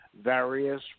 various